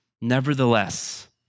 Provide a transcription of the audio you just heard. Nevertheless